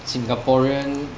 singaporean